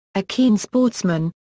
a keen sportsman,